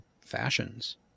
fashions